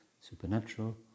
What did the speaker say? supernatural